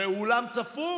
הרי הוא אולם צפוף.